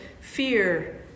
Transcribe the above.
fear